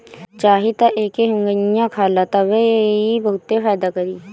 चाही त एके एहुंगईया खा ल तबो इ बहुते फायदा करी